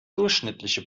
durchschnittliche